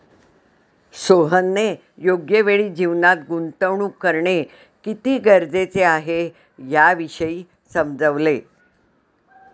सोहनने योग्य वेळी जीवनात गुंतवणूक करणे किती गरजेचे आहे, याविषयी समजवले